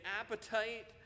appetite